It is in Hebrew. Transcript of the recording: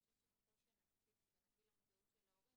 ואני חושבת שככל שנציף ונביא למודעות של ההורים,